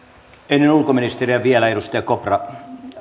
ennen ulkoministeriä vielä edustaja kopra